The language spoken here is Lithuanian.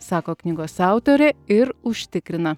sako knygos autorė ir užtikrina